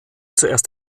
zuerst